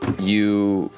you